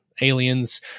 aliens